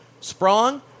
Sprong